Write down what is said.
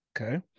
Okay